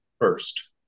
first